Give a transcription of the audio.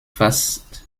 fast